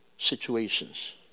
situations